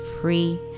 free